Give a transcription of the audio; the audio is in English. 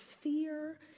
fear